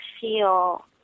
feel